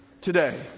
Today